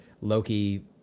Loki